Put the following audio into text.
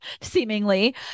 seemingly